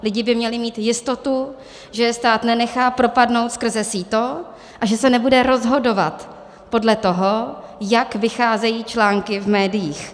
Lidi by měli mít jistotu, že je stát nenechá propadnout skrze síto a že se nebude rozhodovat podle toho, jak vycházejí články v médiích.